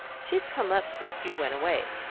she's come up since you went away.